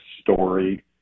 story